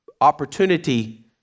opportunity